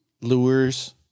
lures